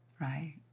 Right